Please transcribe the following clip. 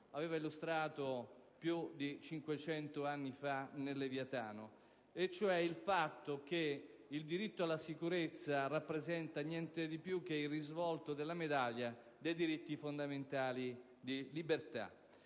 aveva illustrato più di 300 anni fa nel «Leviatano»: il fatto cioè che il diritto alla sicurezza rappresenta niente di più che il risvolto della medaglia dei diritti fondamentali di libertà.